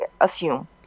assume